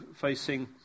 facing